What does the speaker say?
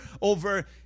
over